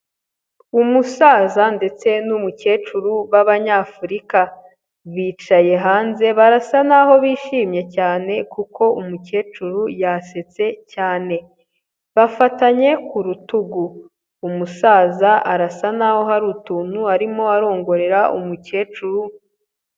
Umusaza ndetse n'umukecuru b'abanyafurika. Bicaye hanze, barasa na'ho bishimye cyane, kuko umukecuru yasetse cyane. Bafatanye ku rutugu. Umusaza arasa n'aho hari utuntu arimo arongorera umukecuru.